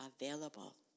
available